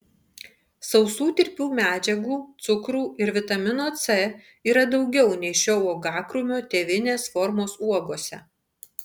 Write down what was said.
sausų tirpių medžiagų cukrų ir vitamino c yra daugiau nei šio uogakrūmio tėvinės formos uogose